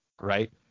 right